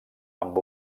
amb